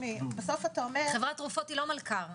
חברת תרופות היא לא מלכ"ר.